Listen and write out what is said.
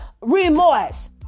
remorse